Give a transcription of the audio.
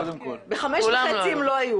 קודם כול, רציתי קצת לשתף גם באופן אישי.